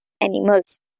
animals